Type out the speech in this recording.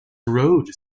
road